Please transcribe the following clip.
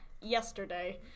Yesterday